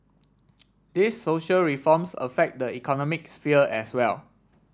these social reforms affect the economic sphere as well